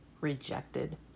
rejected